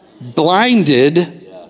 blinded